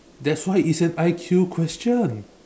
that's why it's an I_Q question